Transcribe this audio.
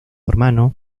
hermano